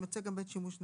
יימצא גם בית שימוש נגיש,